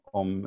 om